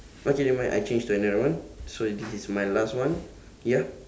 okay never mind I change to another one so this is my last one ya